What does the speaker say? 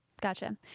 Gotcha